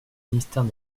ministère